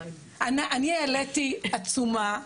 אני העליתי עצומה,